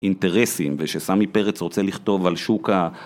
אינטרסים ושסמי פרץ רוצה לכתוב על שוק